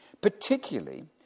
particularly